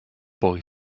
boy